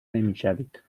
نمیشوید